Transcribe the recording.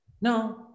no